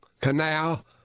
canal